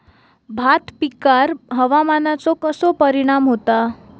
भात पिकांर हवामानाचो कसो परिणाम होता?